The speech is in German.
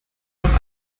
noch